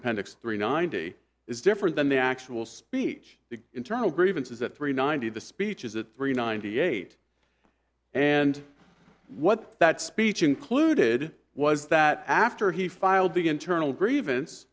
appendix three ninety is different than the actual speech the internal grievance is that three ninety the speech is at three ninety eight and what that speech included was that after he filed the internal grievance